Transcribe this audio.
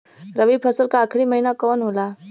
रवि फसल क आखरी महीना कवन होला?